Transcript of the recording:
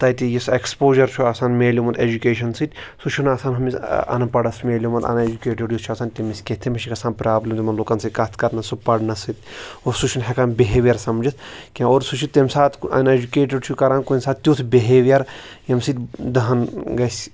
تَتہِ یُس ایٚکٕسپوجَر چھُ آسان مِلیومُت ایٚجُکیشَن سۭتۍ سُہ چھُنہٕ آسان ہُمِس اَنپَڈَس مِلیومُت اَن ایٚجُکیٹِڈ یُس چھُ آسان تٔمِس کینٛہہ تمِس چھِ گَژھان پرابلم یِمَن لُکَن سۭتۍ کَتھ کَرنَس سُہ پَرنَس سۭتۍ سُہ چھُنہٕ ہیٚکان بِہیویَر سَمجِتھ کینٛہہ اور سُہ چھُ تمہ ساتہٕ اَن ایٚجُکیٹِڈ چھُ کَران کُنہِ ساتہٕ تیُتھ بِہیویَر ییٚمہِ سۭتۍ دَہَن گَژھِ